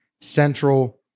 central